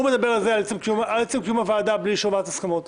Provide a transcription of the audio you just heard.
הוא מדבר על עצם קיום הוועדה בלי אישור ועדת הסכמות.